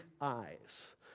eyes